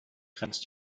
grenzt